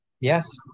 Yes